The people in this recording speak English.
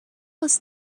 was